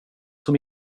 som